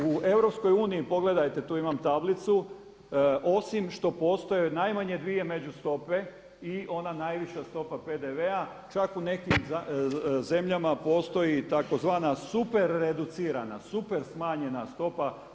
U Europskoj uniji pogledajte tu imam tablicu, osim što postoje najmanje dvije međustope i ona najviša stopa PDV-a čak u nekim zemljama postoji tzv. super reducirana, super smanjena stopa.